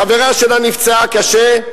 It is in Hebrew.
וחברה שלה נפצעה קשה.